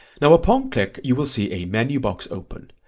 now upon click you will see a menu box open,